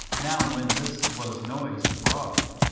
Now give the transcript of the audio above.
now when this was noised abroad,